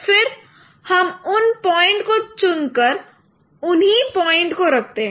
फिर हम उन पॉइंट को चून कर उन्हीं पॉइंट को रखते हैं